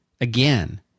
again